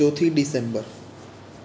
ચોથી ડિસેમ્બર